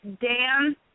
Dan